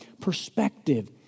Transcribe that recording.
perspective